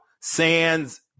Sands